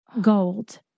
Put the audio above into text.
gold